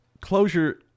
Closure